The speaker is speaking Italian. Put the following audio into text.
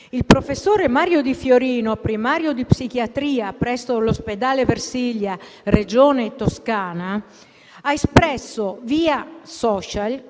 Il professor Mario Di Fiorino, primario di psichiatria presso l'ospedale Versilia, Regione Toscana, ha espresso, via *social*,